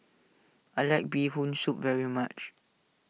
I like Bee Hoon Soup very much